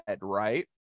Right